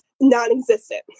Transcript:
non-existent